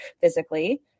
physically